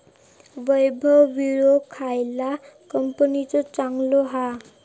वैभव विळो खयल्या कंपनीचो चांगलो हा?